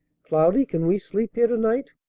cloudy, can we sleep here to-night?